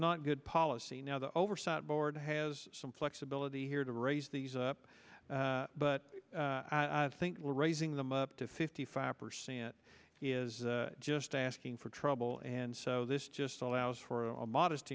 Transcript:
not good policy now the oversight board has some flexibility here to raise these up but i think we're raising them up to fifty five percent is just asking for trouble and so this just allows for a modest